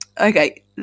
Okay